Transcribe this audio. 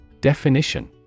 Definition